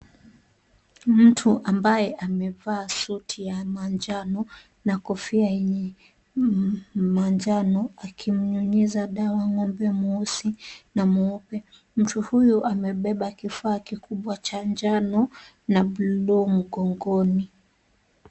Mtu ambaye amevaa suti ya manjano na kofia yenye manjano akimnyunyiza dawa ng'ombe mweusi na mweupe. Mtu huyu amebeba kifaa kikubwa cha njano na blue mgongoni.